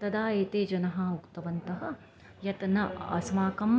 तदा एते जनाः उक्तवन्तः यत् न अस्माकम्